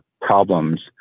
problems